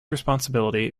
responsibility